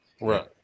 Right